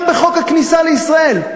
גם לפי חוק הכניסה לישראל,